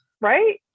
right